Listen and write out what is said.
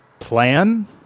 plan